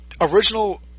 Original